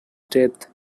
death